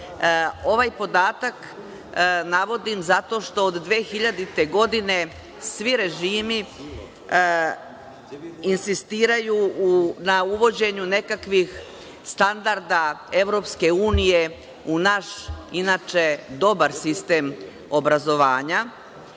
Ovaj podatak navodim, zato što od 2000. godine svi režimi insistiraju na uvođenju nekakvih standarda EU u naš, inače, dobar sistem obrazovanja